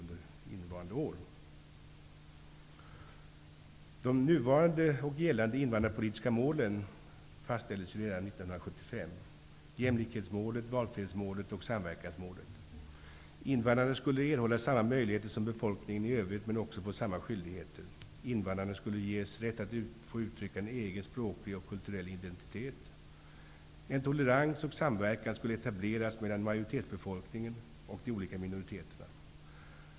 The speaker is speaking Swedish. Redan 1975 fastställdes de nu gällande invandrarpolitiska målen, dvs. jämlikhetsmålet, valfrihetsmålet och samverkansmålet. Invandrarna skulle erhålla samma möjligheter som befolkningen i övrigt men också få samma skyldigheter. Invandrarna skulle ges rätt att få uttrycka en egen språklig och kulturell identitet. En tolerans och samverkan skulle etableras mellan majoritetsbefolkningen och de olika minoriteterna.